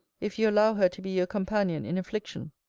if you allow her to be your companion in affliction.